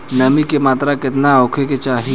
नमी के मात्रा केतना होखे के चाही?